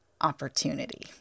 opportunity